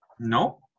no